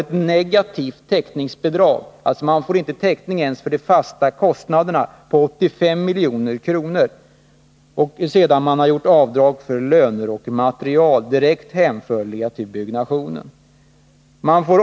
Ett negativt täckningsbidrag — man får alltså inte ens täckning för de fasta kostnaderna — på 85 milj.kr. sedan avdrag har skett för löner och material direkt hänförliga till byggnationen.